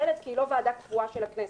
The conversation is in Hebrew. הילד כי היא לא ועדה קבועה של הכנסת.